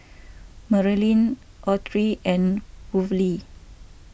Merilyn Autry and Worley